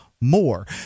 more